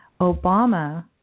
Obama